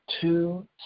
two